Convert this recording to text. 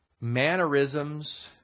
mannerisms